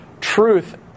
truth